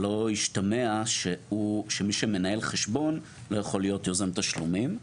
שלא ישתמע שמי שמנהל חשבון לא יכול להיות יוזם תשלומים.